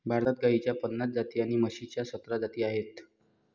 भारतात गाईच्या पन्नास जाती आणि म्हशीच्या सतरा जाती आहेत